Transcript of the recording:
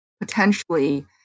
potentially